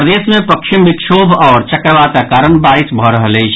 प्रदेश मे पश्चिमी विक्षोभ आओर चक्रवातक कारण बारिश भऽ रहल अछि